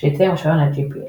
שיצא עם רישיון ה־GPL.